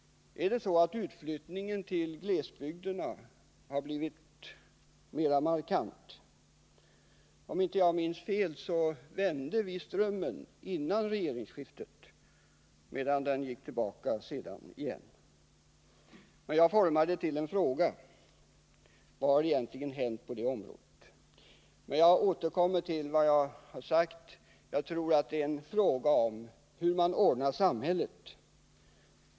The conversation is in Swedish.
Har utflyttningen till glesbygderna blivit mer markerad? Om jag inte minns fel. vände vi socialdemokrater strömmen före regeringsskiftet, men den vände sedan tillbaka igen. Vad har egentligen hänt på detta område? Jag återkommer till vad jag tidigare sade. Jag tror att det beror på hur man ordnar samhället.